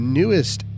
newest